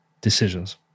decisions